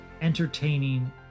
entertaining